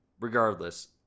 Regardless